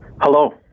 Hello